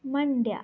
Mandya